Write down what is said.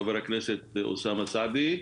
חבר הכנסת אוסאמה סעדי,